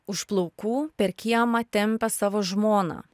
už plaukų per kiemą tempia savo žmoną